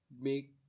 make